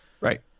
Right